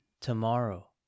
tomorrow